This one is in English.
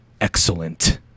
Excellent